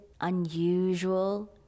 unusual